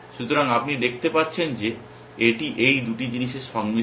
সুতরাং আপনি দেখতে পাচ্ছেন এটি এই দুটি জিনিসের সংমিশ্রণ